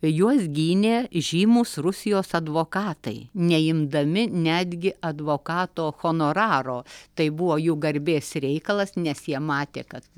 juos gynė žymūs rusijos advokatai neimdami netgi advokato honoraro tai buvo jų garbės reikalas nes jie matė kad